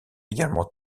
également